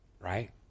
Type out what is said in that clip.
Right